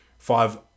five